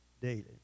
daily